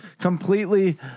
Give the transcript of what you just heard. completely